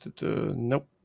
Nope